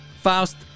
Faust